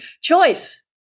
choice